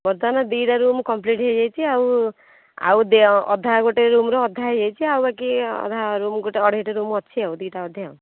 ବର୍ତ୍ତମାନ ଦୁଇଟା room complete ହୋଇଯାଇଛି ଆଉ ଆଉ ଅଧା ଗୋଟେ ରୁମ୍ର ଅଧା ହୋଇଯାଇଛି ଆଉ ବାକି ଅଧା ରୁମ୍ ଗୋଟେ ଅଢ଼େଇଟି ରୁମ୍ ଅଛି ଆଉ ଦୁଇଟା ଅଧେ ଆଉ